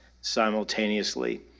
simultaneously